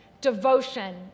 devotion